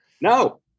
no